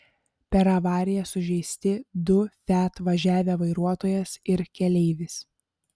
per avariją sužeisti du fiat važiavę vairuotojas ir keleivis